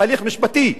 הליך משפטי.